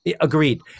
Agreed